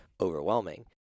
overwhelming